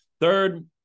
Third